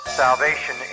salvation